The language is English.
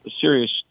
serious